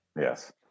Yes